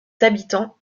habitants